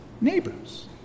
neighbors